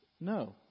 No